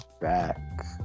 back